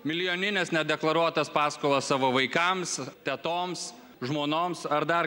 milijonines nedeklaruotas paskolas savo vaikams tetoms žmonoms ar dar